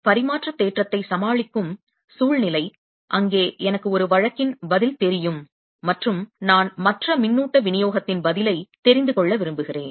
நான் பரிமாற்ற தேற்றத்தை சமாளிக்கும் சூழ்நிலை அங்கே எனக்கு ஒரு வழக்கின் பதில் தெரியும் மற்றும் நான் மற்ற மின்னூட்ட விநியோகத்தின் பதிலை தெரிந்து கொள்ள விரும்புகிறேன்